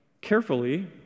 carefully